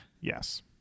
Yes